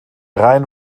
rein